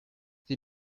sie